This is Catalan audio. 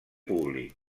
públic